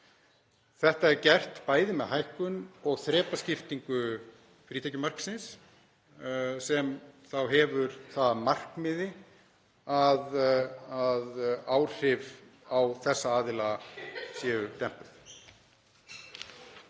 Þetta er gert bæði með hækkun og þrepaskiptingu frítekjumarksins sem hefur það að markmiði að áhrif á þessa aðila séu dempuð.